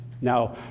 Now